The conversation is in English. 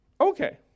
Okay